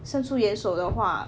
伸出援手的话